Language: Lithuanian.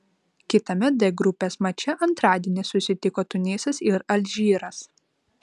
kitame d grupės mače antradienį susitiko tunisas ir alžyras